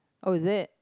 oh is it